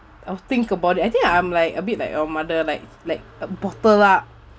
I'll think about it I think I'm like a bit like your mother like like a bottle lah